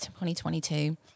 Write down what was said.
2022